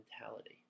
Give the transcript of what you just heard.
mentality